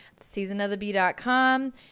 seasonofthebee.com